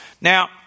Now